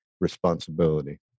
responsibility